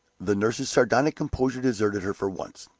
the nurse's sardonic composure deserted her for once.